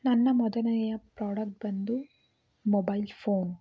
ನನ್ನ ಮೊದಲನೆಯ ಪ್ರಾಡಕ್ ಬಂದು ಮೊಬೈಲ್ ಫೋನ್